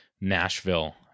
Nashville